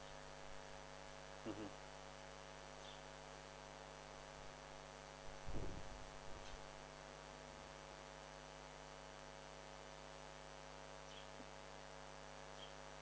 mmhmm